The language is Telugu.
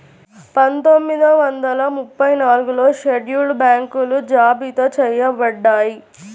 పందొమ్మిది వందల ముప్పై నాలుగులో షెడ్యూల్డ్ బ్యాంకులు జాబితా చెయ్యబడ్డాయి